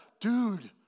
dude